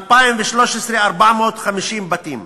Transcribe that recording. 2013, 450 בתים.